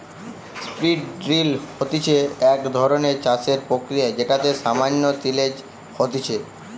strip drill হতিছে এক ধরণের চাষের প্রক্রিয়া যেটাতে সামান্য তিলেজ হতিছে